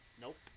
Nope